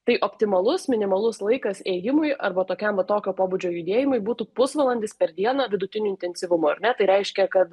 tai optimalus minimalus laikas ėjimui arba tokiam va tokio pobūdžio judėjimui būtų pusvalandis per dieną vidutiniu intensyvumu ar ne tai reiškia kad